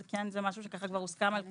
אבל זה משהו שמוסכם על כולם.